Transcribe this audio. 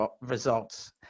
results